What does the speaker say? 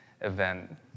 event